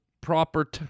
proper